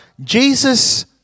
Jesus